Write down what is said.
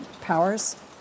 Powers